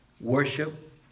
worship